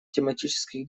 тематических